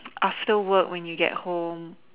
after work when you get home